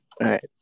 right